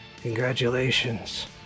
Congratulations